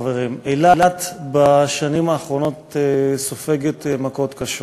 חברים: אילת בשנים האחרונות סופגת מכות קשות.